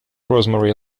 rosemary